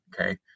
Okay